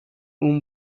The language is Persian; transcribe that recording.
اون